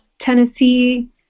Tennessee